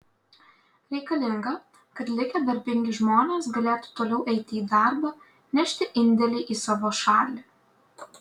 reikalinga kad likę darbingi žmonės galėtų toliau eiti į darbą nešti indėlį į savo šalį